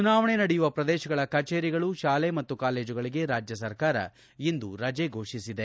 ಚುನಾವಣೆ ನಡೆಯುವ ಪ್ರದೇಶಗಳ ಕಛೇರಿಗಳು ಶಾಲೆ ಮತ್ತು ಕಾಲೇಜುಗಳಿಗೆ ರಾಜ್ಯಸರ್ಕಾರ ಇಂದು ರಜೆ ಘೋಷಿಸಿದೆ